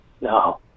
No